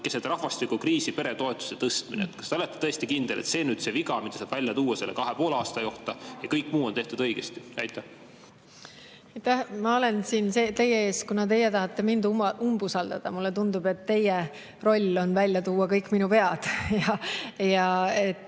keset rahvastikukriisi peretoetuste tõstmine. Kas te olete tõesti kindel, et see on see viga, mille saab välja tuua selle kahe ja poole aasta kohta, ja kõik muu on tehtud õigesti? Aitäh! Ma olen siin teie ees, kuna teie tahate mind umbusaldada. Mulle tundub, et teie roll on välja tuua kõik minu vead, ja te